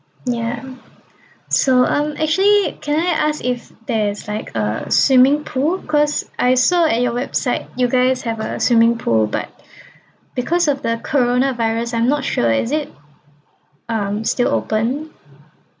ya so um actually can I ask if there's like a swimming pool cause I saw at your website you guys have a swimming pool but because of the coronavirus I'm not sure is it um still open